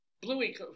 Bluey